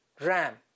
ram